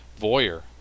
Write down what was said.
voyeur